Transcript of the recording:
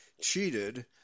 cheated